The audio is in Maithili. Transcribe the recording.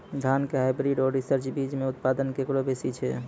धान के हाईब्रीड और रिसर्च बीज मे उत्पादन केकरो बेसी छै?